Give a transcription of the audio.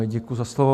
Děkuji za slovo.